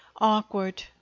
awkward